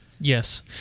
Yes